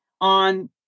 on